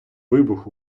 вибух